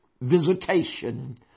visitation